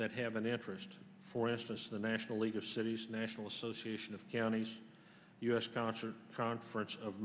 that have an interest for instance the national league of cities the national association of counties u s concert conference of